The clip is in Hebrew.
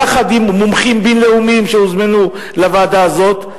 יחד עם מומחים בין-לאומיים שהוזמנו לוועדה הזאת,